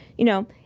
you know,